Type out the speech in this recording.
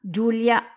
Giulia